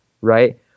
right